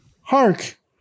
Hark